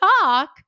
talk